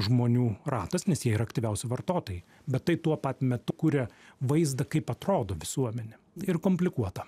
žmonių ratas nes jie ir aktyviausi vartotojai bet tai tuo pat metu kuria vaizdą kaip atrodo visuomenė ir komplikuota